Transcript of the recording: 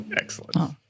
Excellent